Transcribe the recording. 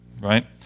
right